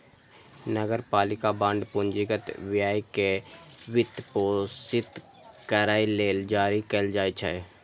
नगरपालिका बांड पूंजीगत व्यय कें वित्तपोषित करै लेल जारी कैल जाइ छै